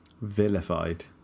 vilified